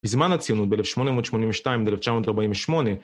בזמן הציונות ב- 1882 וב- 1948